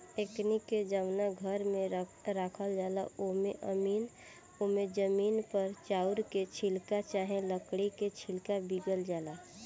एकनी के जवना घर में राखल जाला ओमे जमीन पर चाउर के छिलका चाहे लकड़ी के छिलका बीगल जाला